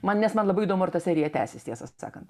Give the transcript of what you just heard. man nes man labai įdomu ar ta serija tęsis tiesą sakant